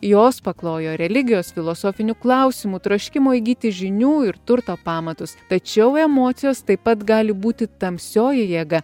jos paklojo religijos filosofinių klausimų troškimo įgyti žinių ir turto pamatus tačiau emocijos taip pat gali būti tamsioji jėga